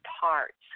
parts